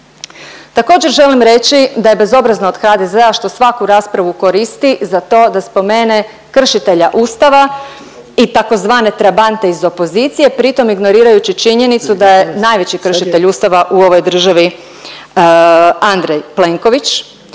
Također želim reći da je bezobrazno od HDZ-a što svaku raspravu koristi za to da spomene kršitelja Ustava i tzv. trabante iz opozicije pritom ignorirajući činjenicu da je najveći kršitelj Ustava u ovoj državi Andrej Plenković.